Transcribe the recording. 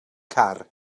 car